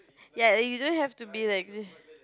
ya you don't have to be like this